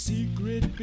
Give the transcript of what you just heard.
Secret